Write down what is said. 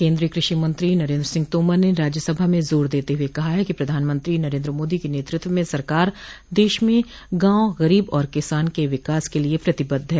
केंद्रीय कृषि मंत्री नरेंद्र सिंह तोमर ने राज्यसभा में जोर देते हुए कहा है कि प्रधानमंत्री नरेंद्र मोदी के नेतृत्व में सरकार देश में गांव गरीब और किसान के विकास के लिए प्रतिबद्ध है